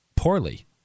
Poorly